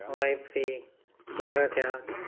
wife थी ॿार थिया